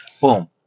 boom